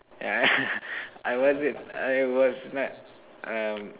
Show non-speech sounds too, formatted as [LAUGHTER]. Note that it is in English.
yeah [LAUGHS] I wasn't I was not um